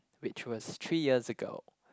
which was three years ago